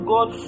God